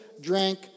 drank